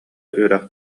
үрэх